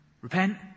Repent